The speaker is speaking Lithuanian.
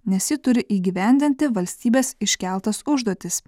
nes ji turi įgyvendinti valstybės iškeltas užduotis